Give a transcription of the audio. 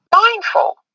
mindful